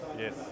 Yes